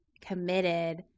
committed